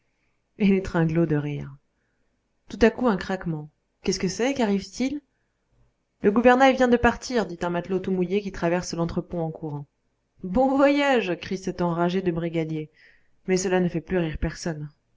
les tringlos de rire tout à coup un craquement qu'est-ce que c'est qu'arrive-t-il le gouvernail vient de partir dit un matelot tout mouillé qui traverse l'entrepont en courant bon voyage crie cet enragé de brigadier mais cela ne fait plus rire personne